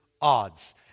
odds